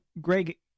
Greg